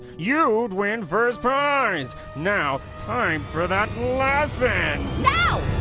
you'd win first prize. now, time for that lesson. no,